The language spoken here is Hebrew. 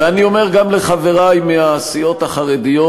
ואני אומר גם לחברי מהסיעות החרדיות: